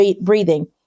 breathing